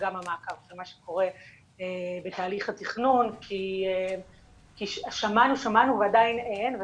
גם המעקב אחרי מה שקורה בתהליך התכנון כי שמענו שמענו ועדיין אין.